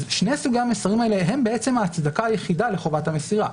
שני סוגי המסרים הללו הם ההצדקה היחידה לחובת המסירה,